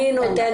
אני רוצה לדייק